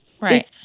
Right